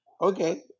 Okay